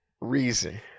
Reason